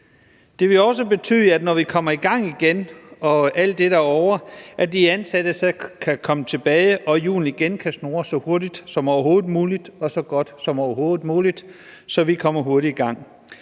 Det vil også betyde, at de ansatte, når vi kommer i gang igen og alt dette er ovre, kan komme tilbage, og at hjulene igen kan snurre så hurtigt som overhovedet muligt og så godt som overhovedet muligt, altså så vi kommer hurtigt i gang.